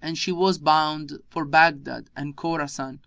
and she was bound for baghdad and khorasan,